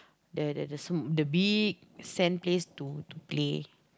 the the the sm~ big sand place to to play